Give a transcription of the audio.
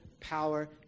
power